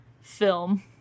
film